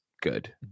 good